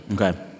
Okay